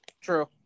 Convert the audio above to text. True